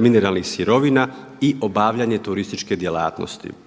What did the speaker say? mineralnih sirovina i obavljanje turističke djelatnosti